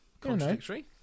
Contradictory